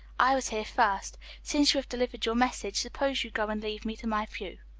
i was here first since you have delivered your message, suppose you go and leave me to my view.